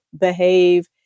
behave